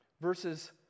Verses